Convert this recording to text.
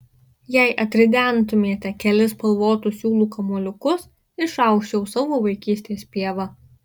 jei atridentumėte kelis spalvotų siūlų kamuoliukus išausčiau savo vaikystės pievą